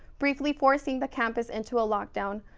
briefly forcing the campus into a lock down.